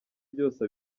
byose